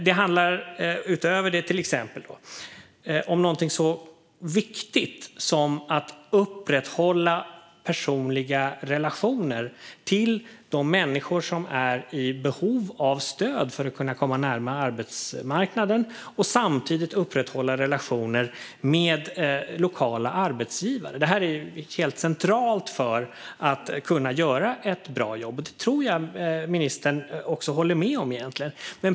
Det handlar utöver det till exempel om någonting så viktigt som att upprätthålla personliga relationer med de människor som är i behov av stöd för att kunna komma närmare arbetsmarknaden och samtidigt upprätthålla relationer med lokala arbetsgivare. Det här är helt centralt för att kunna göra ett bra jobb, och det tror jag att ministern egentligen håller med om.